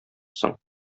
соң